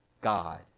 God